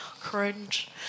cringe